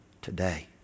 today